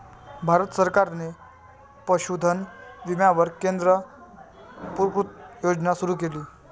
भारत सरकारने पशुधन विम्यावर केंद्र पुरस्कृत योजना सुरू केली